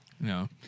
No